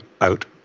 out